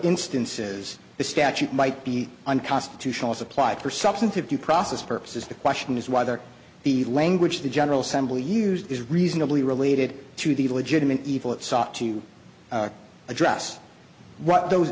instances the statute might be unconstitutional as applied for substantive due process purposes the question is whether the language the general assembly used is reasonably related to the legitimate evil it sought to address